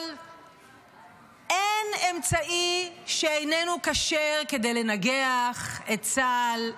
אבל אין אמצעי שאיננו כשר כדי לנגח את צה"ל,